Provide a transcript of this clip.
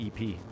EP